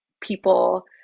people